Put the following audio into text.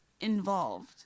involved